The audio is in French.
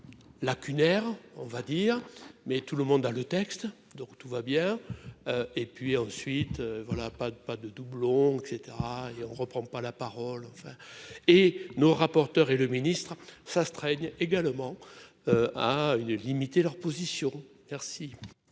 lacunaires, on va dire, mais tout le monde a le texte, donc tout va bien et puis ensuite, voilà, pas de pas de doublon, et cetera et on ne reprend pas la parole, enfin et nos rapporteurs et le ministre s'astreignent également à une limiter leur position merci.